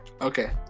Okay